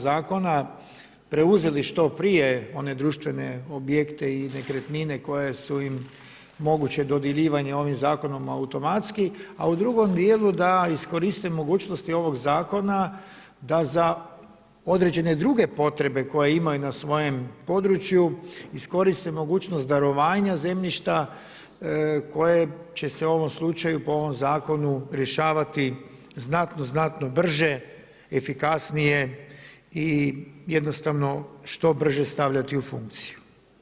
Zakona preuzeli što prije one društvene objekte i nekretnine koje su im moguće dodjeljivanje ovim Zakonom automatski, a u drugom dijelu da iskoriste mogućnosti ovog Zakona da za određene druge potrebe koje imaju na svojem području iskoriste mogućnost darovanja zemljišta koje će se u ovom slučaju, po ovom Zakonu rješavati znatno brže, efikasnije i jednostavno što brže stavljati u funkciju.